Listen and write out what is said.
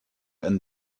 and